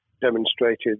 demonstrated